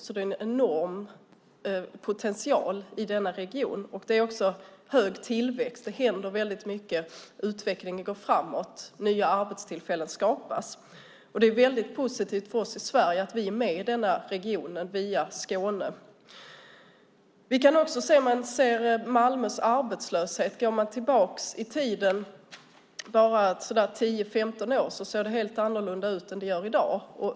Det finns en enorm potential i denna region. Det är också hög tillväxt. Det händer väldigt mycket. Utvecklingen går framåt. Nya arbetstillfällen skapas. Det är väldigt positivt för oss i Sverige att vi är med i denna region via Skåne. Bara 10-15 år tillbaka i tiden såg Malmös arbetslöshet helt annorlunda ut än den gör i dag.